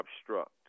obstruct